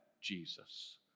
Jesus